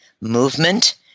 movement